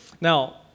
Now